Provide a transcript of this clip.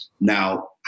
Now